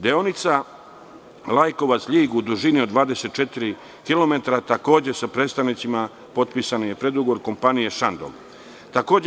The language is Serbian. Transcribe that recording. Deonica Lajkovac-Ljig u dužini od 24 kilometra, takođe je sa predstavnicima potpisan predugovor kompanije „Šandong“